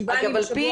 שבעה ימים בשבוע.